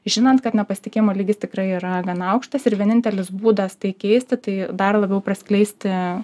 žinant kad nepasitikėjimo lygis tikrai yra gana aukštas ir vienintelis būdas tai keisti tai dar labiau praskleisti